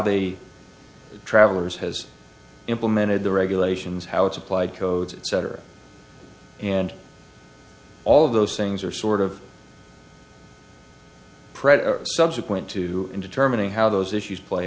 they travelers has implemented the regulations how it's applied codes etc and all of those things are sort of credit subsequent to determining how those issues play